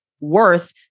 Worth